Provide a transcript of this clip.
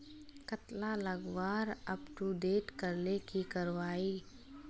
कतला लगवार अपटूडेट करले की करवा ई?